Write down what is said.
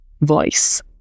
voice